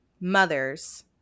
mothers